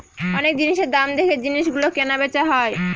অনেক জিনিসের দাম দেখে জিনিস গুলো কেনা বেচা হয়